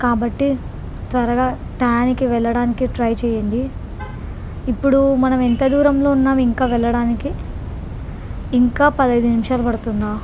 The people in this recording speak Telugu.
కాబట్టి త్వరగా టైంకి వెళ్ళడానికి ట్రై చేయండి ఇప్పుడు మనమెంత దూరంలో ఉన్నాం వెళ్ళడానికి ఇంకా పదిహేను నిమిషాలు పడుతుందా